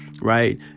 right